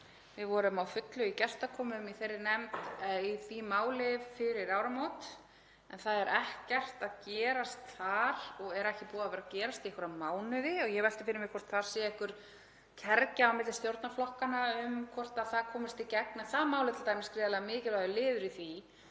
Við vorum á fullu í gestakomum í þeirri nefnd í því máli fyrir áramót en það er ekkert að gerast þar og er ekki búið að vera að gerast í einhverja mánuði. Ég velti fyrir mér hvort það sé einhver kergja á milli stjórnarflokkanna um hvort það komist í gegn en það mál er t.d. gríðarlega mikilvægur liður í því